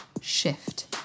shift